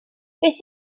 beth